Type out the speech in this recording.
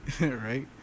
right